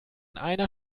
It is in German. einer